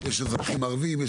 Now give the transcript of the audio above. יש אזרחים ערבים,